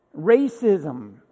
Racism